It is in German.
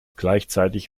gleichzeitig